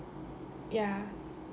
ya